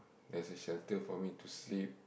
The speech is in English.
there's a shelter for me to sleep